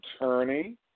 attorney